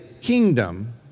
kingdom